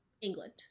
England